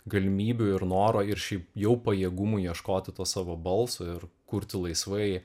galimybių ir noro ir šiaip jau pajėgumų ieškoti to savo balso ir kurti laisvai